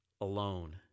alone